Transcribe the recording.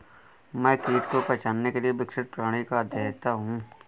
मैं कीट को पहचानने के लिए विकसित प्रणाली का अध्येता हूँ